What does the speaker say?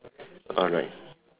alright